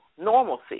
normalcy